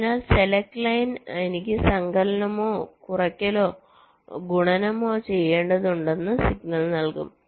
അതിനാൽ select line എനിക്ക് സങ്കലനമോ കുറയ്ക്കലോ ഗുണനമോ ചെയ്യേണ്ടതുണ്ടോ എന്ന് സിഗ്നൽ നൽകും